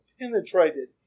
penetrated